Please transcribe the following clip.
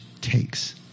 takes